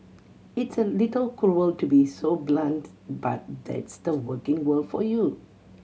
it's a little cruel to be so blunt but that's the working world for you